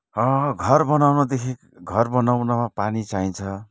घर बनाउनदेखि घर बनाउन पानी चाहिन्छ